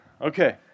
Okay